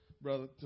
Brother